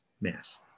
mass